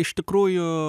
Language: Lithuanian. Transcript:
iš tikrųjų